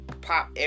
pop